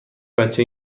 بچه